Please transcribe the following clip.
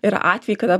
yra atvejai kada